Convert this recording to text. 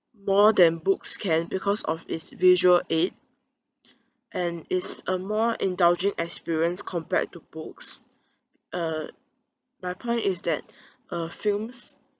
more than books can because of its visual aid and is a more indulging experience compared to books uh my point is that uh films